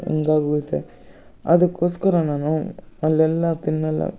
ಹಿಂಗಾಗುತ್ತೆ ಅದಕ್ಕೋಸ್ಕರ ನಾನು ಅಲ್ಲೆಲ್ಲ ತಿನ್ನೋಲ್ಲ